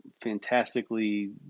fantastically